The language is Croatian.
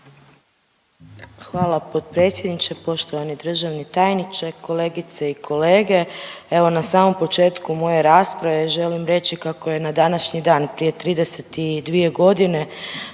Hvala potpredsjedniče, poštovani državni tajniče, kolegice i kolege. Evo na samom početku moje rasprave želim reći kako je na današnji dan prije 32 godine,